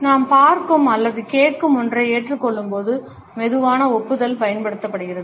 நாம் பார்க்கும் அல்லது கேட்கும் ஒன்றை ஏற்றுக்கொள்ளும்போது மெதுவான ஒப்புதல் பயன்படுத்தப்படுகிறது